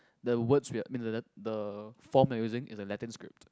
the words we are I mean the le~ the form that using is a Latin script